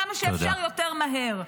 כמה שאפשר יותר מהר,